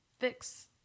fix